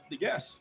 Yes